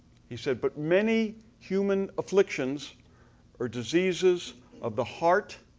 he said, but many human afflictions are diseases of the heart,